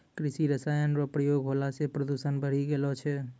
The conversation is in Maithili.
कृषि रसायन रो प्रयोग होला से प्रदूषण बढ़ी गेलो छै